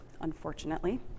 unfortunately